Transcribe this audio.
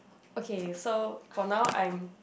okay so for now I'm